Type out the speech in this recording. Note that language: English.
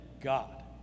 God